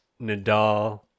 Nadal